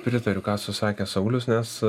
pritariu ką susakė saulius nes